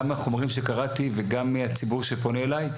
מהחומרים שקראתי וגם מהציבור שפונה אליי,